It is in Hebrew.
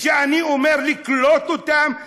וכשאני אומר לקלוט אותם,